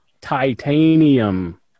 Titanium